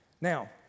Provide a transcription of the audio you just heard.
Now